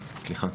סליחה,